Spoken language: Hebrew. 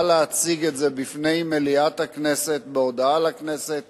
להציג את זה בפני מליאת הכנסת בהודעה לכנסת